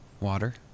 Water